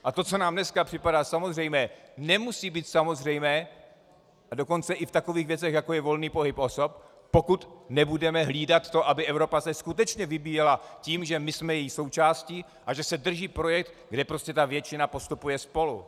A to, co nám dneska připadá samozřejmé, nemusí být samozřejmé, dokonce i v takových věcech, jako je volný pohyb osob, pokud nebudeme hlídat to, aby Evropa se skutečně vyvíjela tím, že my jsme její součástí a že se drží projekt, kde většina postupuje spolu.